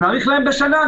נאריך להם בשנה,